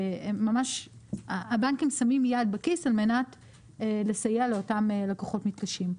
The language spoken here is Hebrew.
ממש הבנקים שמים יד בכיס על מנת לסייע לאותם לקוחות מתקשים.